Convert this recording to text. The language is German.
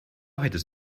hättest